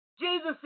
Jesus